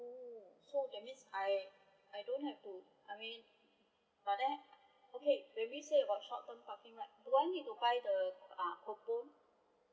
so that means I I don't have to I mean but then okay that means says about short term parking right do I need to buy the uh coupon